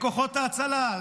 לכוחות ההצלה,